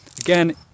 Again